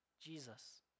Jesus